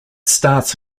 starts